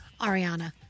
Ariana